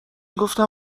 گفتم